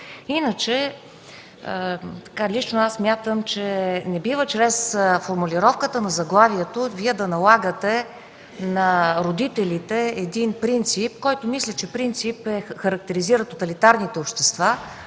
Лично аз смятам, че не бива чрез формулировката на заглавието да налагате на родителите принцип, който мисля, че характеризира тоталитарните общества